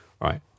right